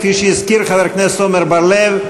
כפי שהזכיר חבר הכנסת עמר בר-לב,